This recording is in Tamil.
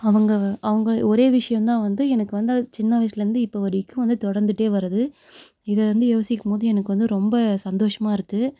அவங்க அவங்க ஒரே விஷயோந்தான் வந்து எனக்கு வந்து அது சின்ன வயசுலேந்து இப்போ வரைக்கும் வந்து தொடர்ந்துகிட்டே வருது இதை வந்து யோசிக்கும்போது எனக்கு வந்து ரொம்ப சந்தோஷமாக இருக்கு